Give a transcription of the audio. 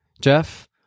Jeff